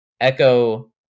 Echo